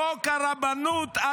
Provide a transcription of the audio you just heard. חוק הרבנות,